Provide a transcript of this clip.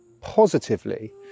positively